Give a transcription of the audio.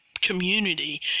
community